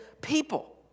people